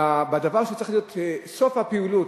את הדבר שצריך להיות סוף הפעילות.